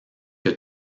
que